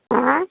आँय